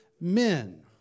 men